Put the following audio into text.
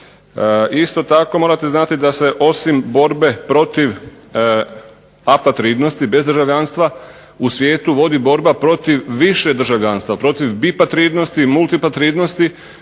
Isto tako morate znati da se osim borbe protiv apatridnosti bezdržavljanstva u svijetu vodi borba protiv više državljanstva, protiv bipatridnosti, multipatridnosti.